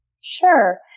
Sure